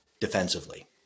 defensively